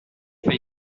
fait